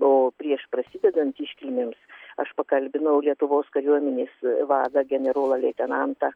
o prieš prasidedant iškilmėms aš pakalbinau lietuvos kariuomenės vadą generolą leitenantą